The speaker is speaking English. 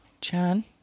Chan